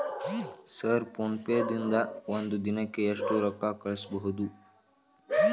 Sir PhonePe ದಿಂದ ಒಂದು ದಿನಕ್ಕೆ ಎಷ್ಟು ರೊಕ್ಕಾ ಕಳಿಸಬಹುದು?